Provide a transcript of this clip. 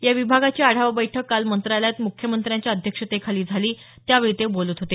या विभागाची आढावा बैठक काल मंत्रालयात मुख्यमंत्र्यांच्या अध्यक्षतेखाली झाली त्यावेळी ते बोलत होते